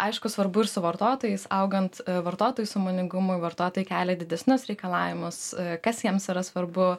aišku svarbu ir su vartotojais augant vartotojų sąmoningumui vartotojai kelia didesnius reikalavimus kas jiems yra svarbu